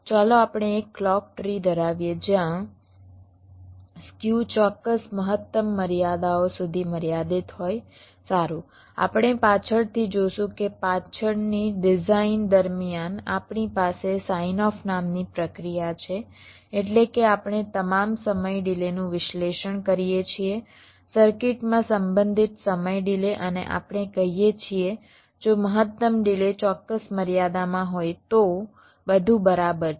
ચાલો આપણે એક ક્લૉક ટ્રી ધરાવીએ જ્યાં સ્ક્યુ ચોક્કસ મહત્તમ મર્યાદાઓ સુધી મર્યાદિત હોય સારું આપણે પાછળથી જોશું કે પાછળની ડિઝાઇન દરમિયાન આપણી પાસે સાઇનઓફ નામની પ્રક્રિયા છે એટલે કે આપણે તમામ સમય ડિલેનું વિશ્લેષણ કરીએ છીએ સર્કિટમાં સંબંધિત સમય ડિલે અને આપણે કહીએ છીએ જો મહત્તમ ડિલે ચોક્કસ મર્યાદામાં હોય તો બધું બરાબર છે